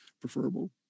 preferable